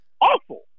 awful